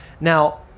Now